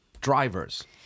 drivers